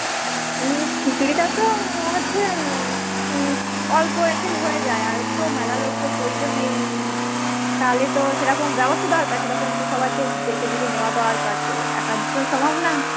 হুম খিচুড়িটা তো হচ্ছে অল্প ইয়েতে হয়ে যায় আর তো মেলা লোককে প্রয়োজন নেই তাহলে তো সেরকম ব্যবস্থা দরকার সেরকম তো সবাইকে ডেকে ডুকে নেওয়া দরকার তো একার তো সম্ভব না